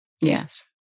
Yes